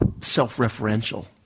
Self-referential